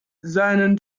seinen